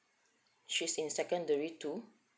she's in secondary too